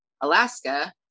alaska